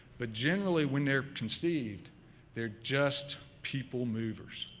but generally when they are conceived they are just people movers,